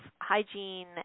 hygiene